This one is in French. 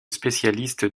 spécialiste